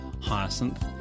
Hyacinth